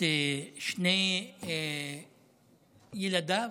את שני ילדיו,